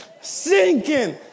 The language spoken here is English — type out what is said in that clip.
sinking